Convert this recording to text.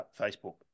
Facebook